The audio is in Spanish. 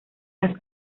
las